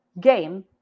game